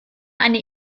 eine